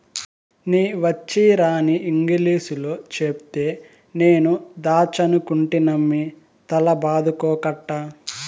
నీ వచ్చీరాని ఇంగిలీసులో చెప్తే నేను దాచ్చనుకుంటినమ్మి తల బాదుకోకట్టా